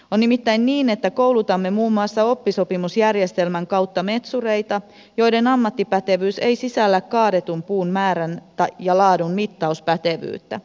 on nimittäin niin että koulutamme muun muassa oppisopimusjärjestelmän kautta metsureita joiden ammattipätevyys ei sisällä kaadetun puun määrän ja laadun mittauspätevyyttä